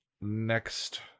next